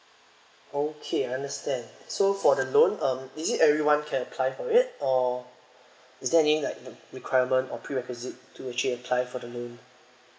okay I understand so for the loan um is it everyone can apply for it or is there any like the requirement or prerequisite to actually apply for the loan